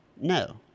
No